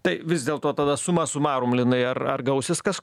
tai vis dėlto tada suma sumarum linai ar ar gausis kas